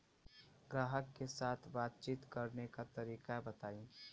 ग्राहक के साथ बातचीत करने का तरीका बताई?